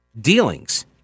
dealings